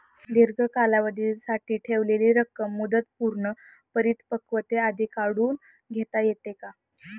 दीर्घ कालावधीसाठी ठेवलेली रक्कम मुदतपूर्व परिपक्वतेआधी काढून घेता येते का?